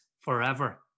forever